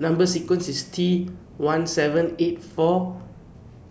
Number sequence IS T one seven eight four